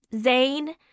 Zane